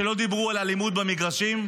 שבהם לא דיברו על אלימות במגרשים,